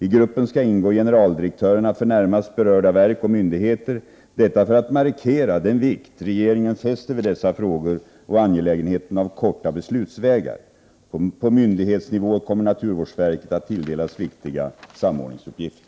I gruppen skall ingå generaldirektörerna för närmast berörda verk och myndigheter, detta för att markera den vikt regeringen fäster vid dessa frågor och angelägenheten av korta beslutsvägar. På myndighetsnivå kommer naturvårdsverket att tilldelas viktiga samordningsuppgifter.